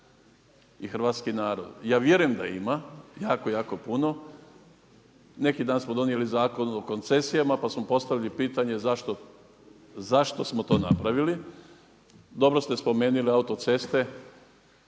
i hrvatski narod. I ja vjerujem da ima, jako, jako puno. Neki dan smo donijeli zakon o koncesijama pa smo postavili pitanje zašto smo to napravili. Dobro ste spomenuli autoceste.